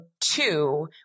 two